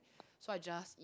so I just eat